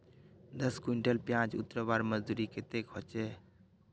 दस कुंटल प्याज उतरवार मजदूरी कतेक होचए?